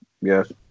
Yes